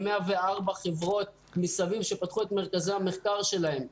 עם 104 חברות שפתחו את מרכזי המחקר שלהם מסביבה.